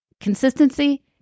Consistency